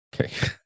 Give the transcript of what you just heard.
Okay